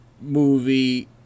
movie